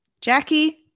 Jackie